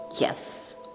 Yes